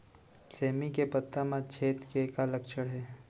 सेमी के पत्ता म छेद के का लक्षण हे?